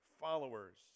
followers